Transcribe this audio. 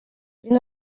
prin